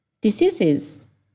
diseases